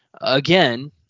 Again